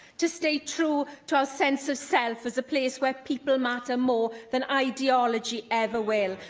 to stay true to our sense of self as a place where people matter more than ideology ever will.